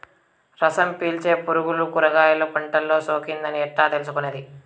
రసం పీల్చే పులుగులు కూరగాయలు పంటలో సోకింది అని ఎట్లా తెలుసుకునేది?